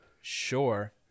sure